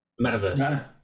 metaverse